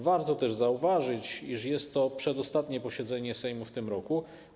Warto też zauważyć, iż jest to przedostatnie posiedzenie Sejmu w tym roku.